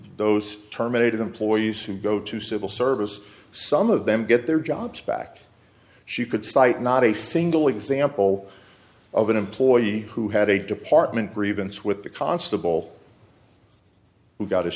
those terminated employees who go to civil service some of them get their jobs back she could cite not a single example of an employee who had a department grievance with the constable we got his